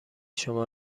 شما